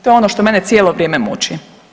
To je ono što mene cijelo vrijeme muči.